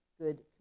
good